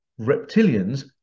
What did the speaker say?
reptilians